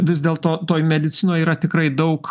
vis dėlto toj medicinoj yra tikrai daug